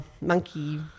monkey